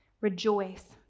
Rejoice